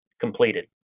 completed